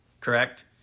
Correct